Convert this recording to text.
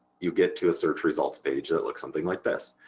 you get to a search results page that looks something like this.